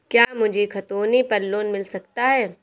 क्या मुझे खतौनी पर लोन मिल सकता है?